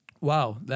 wow